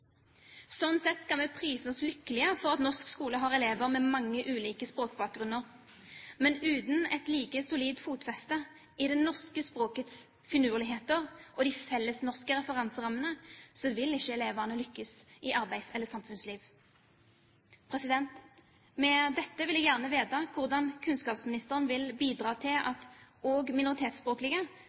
Sånn sett skal vi prise oss lykkelige for at norsk skole har elever med mange ulike språkbakgrunner. Men uten et like solid fotfeste i det norske språkets finurligheter og de fellesnorske referanserammene vil ikke elevene lykkes i arbeids- eller samfunnslivet. Med dette vil jeg gjerne vite hvordan kunnskapsministeren vil bidra til at også minoritetsspråklige